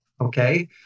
Okay